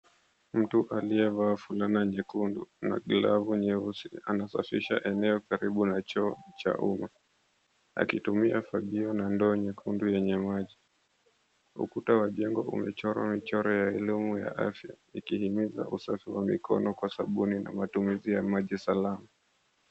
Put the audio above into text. Mtu aliyevaa fulana nyekundu na glavu nyeusi anasafisha eneo karibu na choo cha umma akitumia kifagio na ndoo nyekundu lenye maji. Ukuta wa jengo , imechorwa na mchoro wa umuhimu wa afya ikihimiza usafi wa mikono kwa sabuni na matumizi ya maji salama.